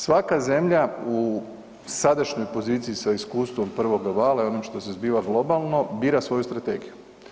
Svaka zemlja u sadašnjoj poziciji sa iskustvom prvog vlada i ono što se zbiva globalno bira svoju strategiju.